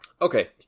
okay